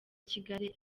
kigali